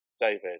David